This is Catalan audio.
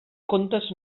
contes